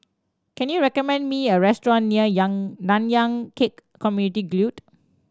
can you recommend me a restaurant near yang Nanyang Khek Community Guild